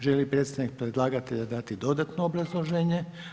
Želi li predstavnik predlagatelja dati dodatno obrazloženje?